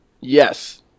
Yes